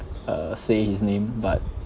uh say his name but